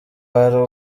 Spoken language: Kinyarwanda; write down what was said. hari